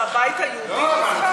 זה הבית היהודי דווקא?